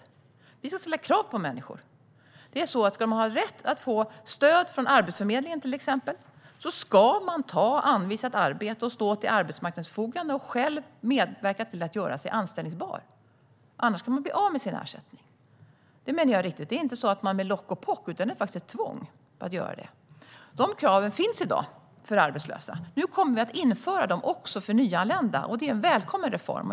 Vi ska ställa krav på människor. Om man ska ha rätt att få stöd från till exempel Arbetsförmedlingen ska man ta anvisat arbete, stå till arbetsmarknadens förfogande och själv medverka till att göra sig anställbar - annars kan man bli av med sin ersättning. Detta menar jag är riktigt. Det är inte tal om lock och pock, utan det är faktiskt ett tvång att göra det. Dessa krav finns i dag för arbetslösa, och nu kommer vi att införa dem också för nyanlända. Detta är en välkommen reform.